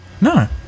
No